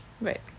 Right